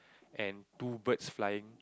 and two birds flying